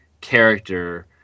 character